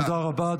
תודה רבה.